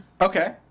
Okay